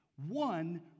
one